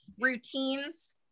routines